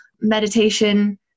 meditation